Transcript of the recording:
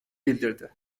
bildirdi